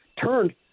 turned